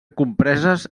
compreses